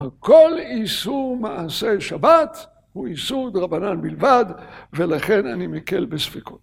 כל איסור מעשה שבת הוא איסור דרבנן בלבד, ולכן אני מקל בספיקות.